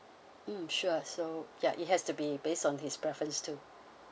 mm sure so ya it has to be based on his preference too